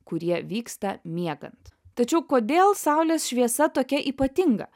kurie vyksta miegant tačiau kodėl saulės šviesa tokia ypatinga